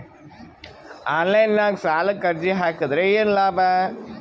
Online ನಾಗ್ ಸಾಲಕ್ ಅರ್ಜಿ ಹಾಕದ್ರ ಏನು ಲಾಭ?